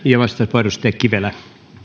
puhemies